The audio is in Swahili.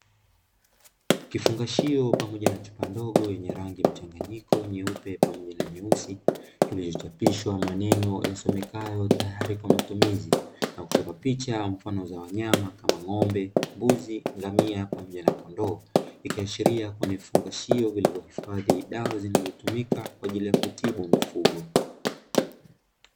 Kifungashio pamoja na chupa ndogo yenye rangi mchanganyiko nyeupe pamoja na nyeusi kilichochapishwa maneno yasomekayo tayari kwa matumizi na kuchoma picha mfano za wanyama kama ng'ombe, mbuzi, ngamia pamoja na kondoo ikiashiria kuwa ni vifungashio vilivyohifadhi dawa zinazotumika kwa ajili ya kutibu mifugo.